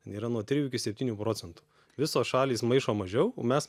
yra nuo trijų iki septynių procentų visos šalys maišo mažiau o mes